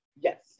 Yes